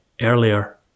earlier